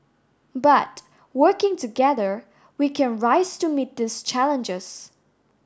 but working together we can rise to meet these challenges